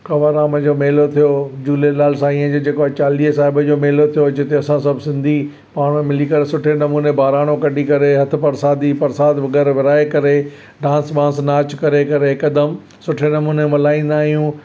कंवरराम जो मेलो थियो झूलेलाल साईंअ जो जेको चालीहे साहिब जो मेलो थियो जिते असां सभु सिंधी पाण मिली करे सुठे नमूने बहिराणो कॾी करे हथु परसादी परसाद वग़ैरह विर्हाए करे डांस वांस नाच करे करे हिकदमि सुठे नमूने मल्हाईंदा आहियूं